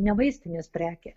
ne vaistinės prekė